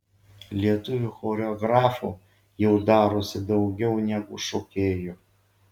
lietuvių choreografų jau darosi daugiau negu šokėjų